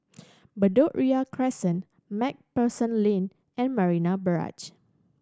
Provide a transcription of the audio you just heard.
Bedok Ria Crescent Macpherson Lane and Marina Barrage